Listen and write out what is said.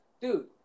Dude